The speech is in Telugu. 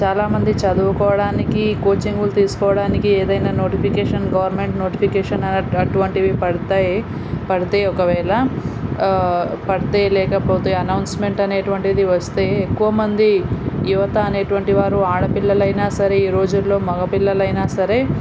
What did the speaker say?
చాలామంది చదువుకోవడానికి కోచింగ్లు తీసుకోవడానికి ఏదన్న నోటిఫికేషన్ గవర్నమెంట్ నోటిఫికేషన్ అనట్ అటువంటివి పడతాయి పడితే ఒకవేళ పడితే లేకపోతే అనౌన్స్మెంట్ అనేటువంటిది వస్తే ఎక్కువమంది యువత అనేటువంటివారు ఆడపిల్లలు అయిన సరే ఈ రోజులలో మగ పిల్లలు అయిన సరే